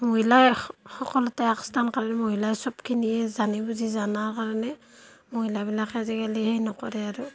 মহিলায়ে সকলোতে আগস্থান কাল মহিলাই চবখিনিয়ে জানি বুজি জনা কাৰণে মহিলাবিলাকে আজিকালি সেই নকৰে আৰু